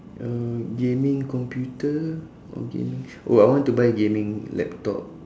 uh gaming computer or gaming oh I want to buy gaming laptop